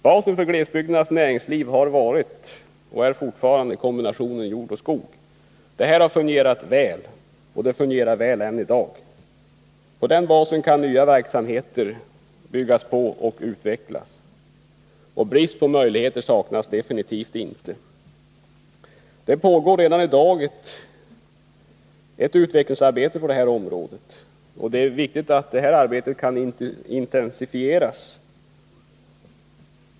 Basen för glesbygdernas näringsliv har varit och är fortfarande kombinationen jord-skog. Detta har fungerat väl, och det fungerar väl än i dag. På den basen kan nya verksamheter byggas upp och utvecklas, och nya möjligheter saknas definitivt inte. Det pågår redan i dag ett utvecklingsarbete på detta område, och det är viktigt att detta arbete kan intensifieras.